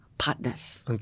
partners